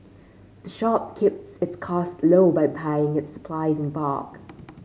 the shop keeps its costs low by its supplies in bulk